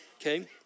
okay